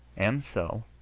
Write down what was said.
and so,